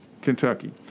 Kentucky